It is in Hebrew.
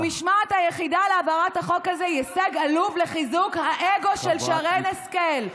המשמעות היחידה להעברת החוק הזה היא הישג עלוב לחיזוק האגו של שרן השכל.